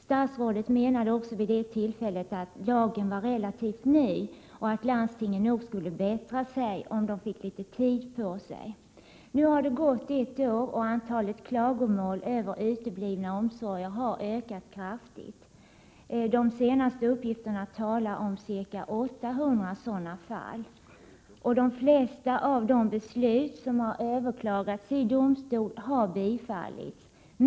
Statsrådet menade vid det tillfället att lagen var relativt ny och att landstingen nog skulle bättra sig, om de fick litet tid på sig. Nu har det gått ett år, och antalet klagomål över utebliven omsorg har ökat kraftigt. De senaste uppgifterna talar om ca 800 sådana fall. De flesta av de beslut som överklagats i domstol har bifallits.